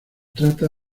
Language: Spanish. trata